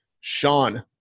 Sean